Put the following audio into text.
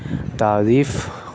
تعریف